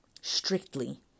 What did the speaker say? Strictly